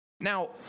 Now